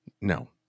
No